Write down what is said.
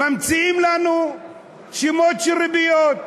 ממציאים לנו שמות של ריביות: